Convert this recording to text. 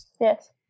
yes